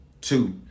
Two